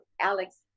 Alex